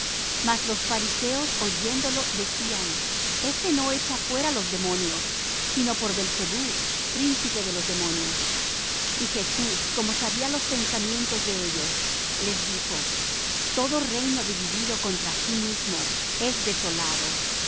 mas los fariseos oyéndolo decían este no echa fuera los demonios sino por beelzebub príncipe de los demonios y jesús como sabía los pensamientos de ellos les dijo todo reino dividido contra sí mismo es desolado